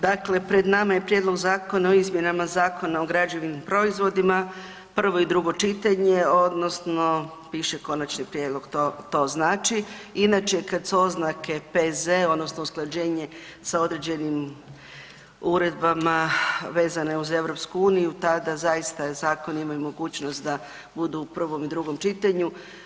Dakle, pred nama je Prijedlog zakona o izmjenama Zakona o građevnim proizvodima, prvo i drugo čitanje odnosno piše Konačni prijedlog, to znači inače kada su oznake PZ odnosno usklađenje sa određenim uredbama vezane uz EU tada zaista zakon ima mogućnost da budu u prvom i drugom čitanju.